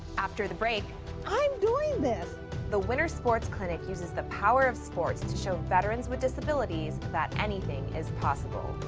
after the break i'm doing this the winter sports clinic uses the power of sports show veterans with disabilities that anything is possible.